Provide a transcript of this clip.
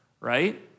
right